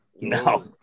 no